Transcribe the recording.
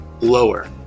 Lower